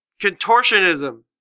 contortionism